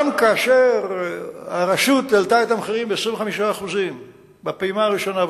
גם כאשר הרשות העלתה את המחירים ב-25% בפעימה הראשונה,